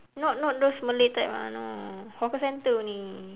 not not those malay type [one] no hawker center only